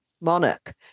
monarch